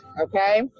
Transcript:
okay